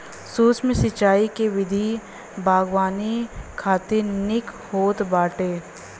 सूक्ष्म सिंचाई के विधि बागवानी खातिर निक होत बाटे